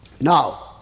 Now